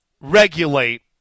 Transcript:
regulate